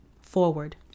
Forward